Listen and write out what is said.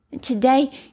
Today